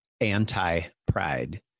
anti-pride